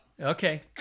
Okay